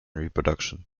reproduction